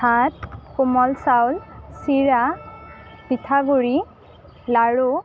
ভাত কোমল চাউল চিৰা পিঠা গুৰি লাড়ু